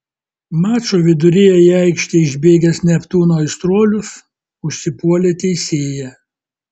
mačo viduryje į aikštę išbėgęs neptūno aistruolius užsipuolė teisėją